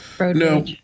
No